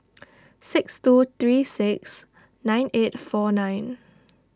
six two three six nine eight four nine